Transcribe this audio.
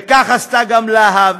וכך עשתה גם לה"ב,